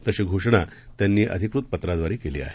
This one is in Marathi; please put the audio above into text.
तशी घोषणा त्यांनी अधिकृत पत्राद्वारे केली आहे